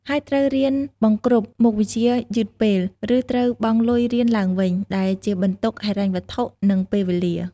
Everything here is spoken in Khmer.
ហើយត្រូវរៀនបង្រ្គប់មុខវិជ្ជាយឺតពេល ឬត្រូវបង់លុយរៀនឡើងវិញ ដែលជាបន្ទុកហិរញ្ញវត្ថុ និងពេលវេលា។